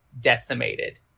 decimated